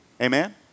Amen